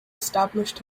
established